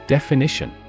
Definition